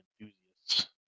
enthusiasts